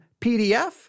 PDF